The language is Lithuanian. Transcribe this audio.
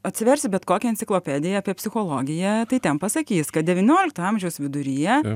atsiversi bet kokią enciklopediją apie psichologiją tai ten pasakys kad devyniolikto amžiaus viduryje